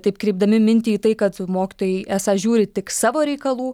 taip kreipdami mintį į tai kad mokytojai esą žiūri tik savo reikalų